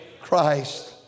Christ